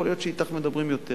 יכול להיות שאתך מדברים יותר,